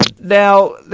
Now